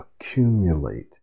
accumulate